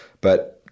But-